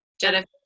Jennifer